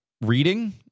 reading